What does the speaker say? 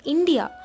India